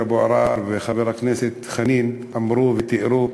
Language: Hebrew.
אבו עראר וחבר הכנסת חנין אמרו ותיארו.